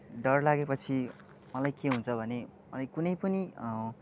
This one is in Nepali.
डर लागेपछि मलाई के हुन्छ भने मलाई कुनै पनि